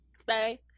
Stay